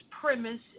premise